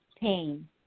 pain